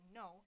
no